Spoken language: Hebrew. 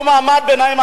אותו מעמד ביניים,